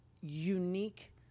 unique